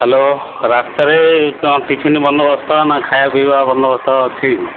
hello ରାସ୍ତାଟାରେ କ'ଣ tiffin ବନ୍ଦୋବସ୍ତ ନା ଖାଇବା ପିଇବା ବନ୍ଦୋବସ୍ତ ଅଛି